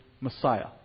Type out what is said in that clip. Messiah